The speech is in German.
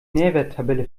nährwerttabelle